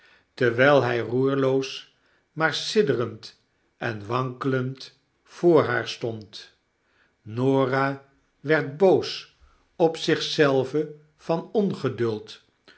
terwyl htj roerloos maar sidderend en wankelend voor haar stond norah werd boos op zich zelve van ongeduld